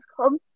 come